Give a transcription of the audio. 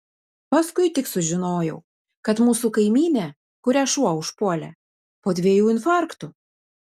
paskui tik sužinojau kad mūsų kaimynė kurią šuo užpuolė po dviejų infarktų